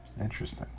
Interesting